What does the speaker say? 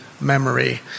memory